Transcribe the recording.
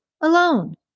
alone